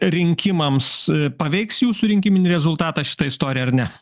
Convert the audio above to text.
rinkimams paveiks jūsų rinkiminį rezultatą šita istorija ar ne